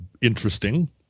interesting